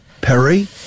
Perry